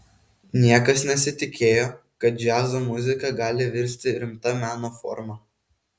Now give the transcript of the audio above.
niekas nesitikėjo kad džiazo muzika gali virsti rimta meno forma